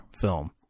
film